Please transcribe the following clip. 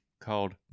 called